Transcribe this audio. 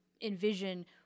envision